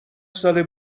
ساله